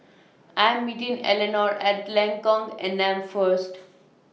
I Am meeting Eleanore At Lengkok Enam First